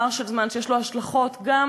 שיש לו השלכות גם